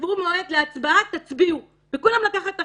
תקבעו מועד להצבעה וכולם לקחת אחריות.